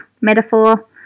metaphor